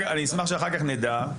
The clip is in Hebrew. כי אני פועל להשגת תרומה.